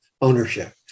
ownership